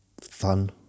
fun